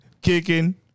Kicking